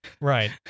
right